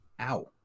Ow